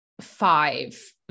five